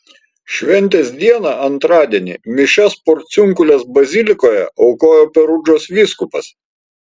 šventės dieną antradienį mišias porciunkulės bazilikoje aukojo perudžos vyskupas